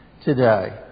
today